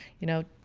you know,